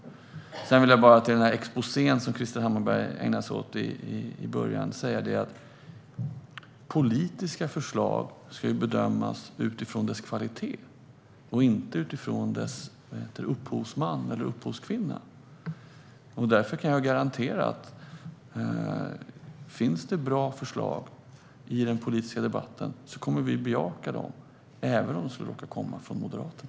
Sedan vill jag bara kommentera den exposé som Krister Hammarbergh ägnade sig åt i början och säga att politiska förslag ska bedömas utifrån deras kvalitet och inte utifrån deras upphovsman eller upphovskvinna. Finns det bra förslag i den politiska debatten kan jag därför garantera att vi kommer att bejaka dem, även om de skulle råka komma från Moderaterna.